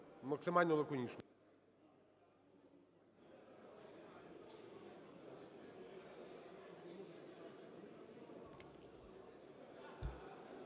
максимально лаконічно.